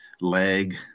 leg